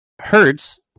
Hertz